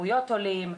זכויות עולים,